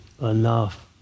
enough